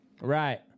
Right